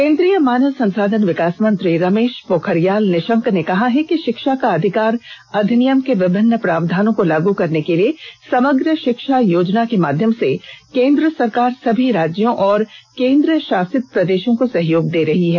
केंद्रीय मानव संसाधन विकास मंत्री रमेश पोखरियाल निशंक ने कहा है कि शिक्षा का अधिकार अधिनियम के विभिन्न प्रावधानों को लागू करने के लिए समग्र शिक्षा योजना के माध्यम से केन्द्र सरकार सभी राज्यों और केन्द्रशासित प्रदेशों को सहयोग दे रही है